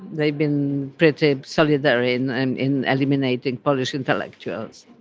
they've been pretty solidary in and in eliminating polish intellectuals.